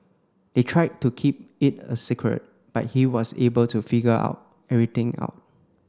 they tried to keep it a secret but he was able to figure out everything out